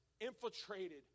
infiltrated